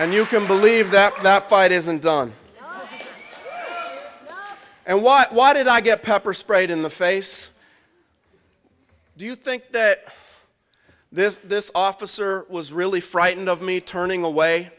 and you can believe that that fight isn't done and what why did i get pepper sprayed in the face do you think that this this officer was really frightened of me turning away